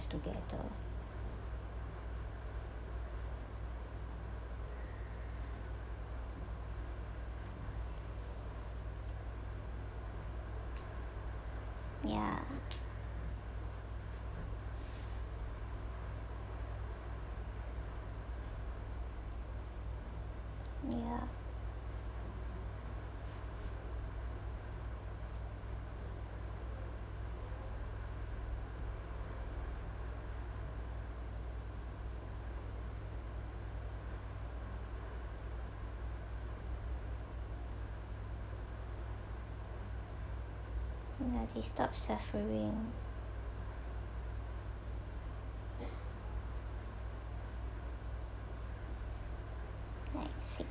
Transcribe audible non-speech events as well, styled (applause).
together ya (breath) ya ya they stopped suffering like sick